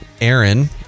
Aaron